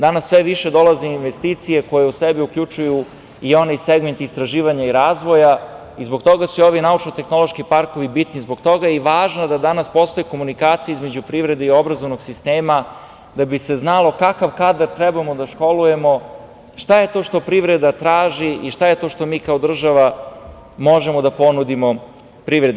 Danas sve više dolazi investicije koje u sebi uključuju i onaj segment istraživanja i razvoja i zbog toga su ovi naučno-tehnološki parkovi bitni, zbog toga je i važno da danas postoje komunikacije između privrede i obrazovnog sistema da bi se znalo kakav kadar trebamo da školujemo, šta je to što privreda traži i šta je to što mi kao država možemo da ponudimo privredi.